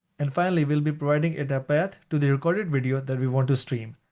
and finally we'll be providing it a path to the recorded video that we want to stream.